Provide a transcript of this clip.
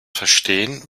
verstehen